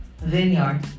vineyard